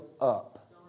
up